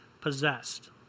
possessed